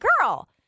girl